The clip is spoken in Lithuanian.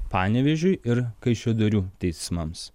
panevėžiui ir kaišiadorių teismams